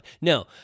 No